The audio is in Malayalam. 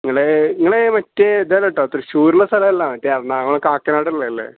നിങ്ങളെ നിങ്ങളെ മറ്റേ ഇതല്ല കേട്ടോ തൃശ്ശൂരുള്ള സ്ഥലമല്ല മറ്റേ എറണാകുളം കാക്കനാട് ഉള്ളതില്ലേ